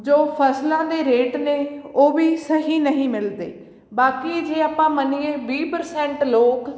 ਜੋ ਫਸਲਾਂ ਦੇ ਰੇਟ ਨੇ ਉਹ ਵੀ ਸਹੀ ਨਹੀਂ ਮਿਲਦੇ ਬਾਕੀ ਜੇ ਆਪਾਂ ਮੰਨੀਏ ਵੀਹ ਪ੍ਰਸੈਂਟ ਲੋਕ